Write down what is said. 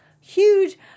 huge